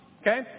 okay